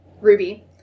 Ruby